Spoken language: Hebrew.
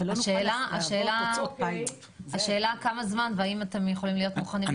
השאלה כמה זמן והאם אתם יכולים להיות מוכנים לפני היציאה לפגרה?